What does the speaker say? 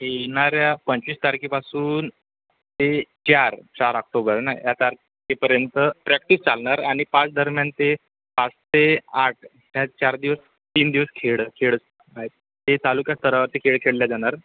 येणाऱ्या पंचवीस तारखेपासून ते चार चार आक्टोबर ना या तारखेपर्यंत प्रॅक्टिस चालणार आणि पाच दरम्यान ते पाच ते आठ ह्या चार दिवस तीन दिवस खेळ खेळ आहेत ते तालुका स्तरावर ते खेळ खेळले जाणार